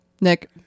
Nick